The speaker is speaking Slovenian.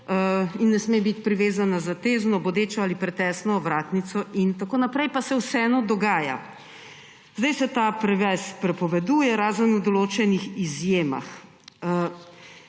pes ne sme biti privezan na zatezno, bodečo ali pretesno ovratnico in tako naprej, pa se to vseeno dogaja. Zdaj se ta privez prepoveduje, razen v določenih izjemah.